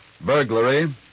Burglary